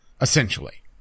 essentially